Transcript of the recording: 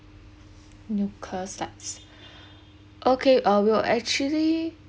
nuclear sites okay I will actually